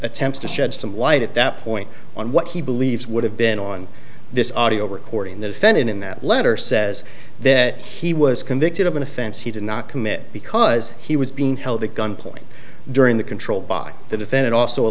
attempts to shed some light at that point on what he believes would have been on this audio recording the defendant in that letter says that he was convicted of an offense he did not commit because he was being held at gunpoint during the control by the defendant also a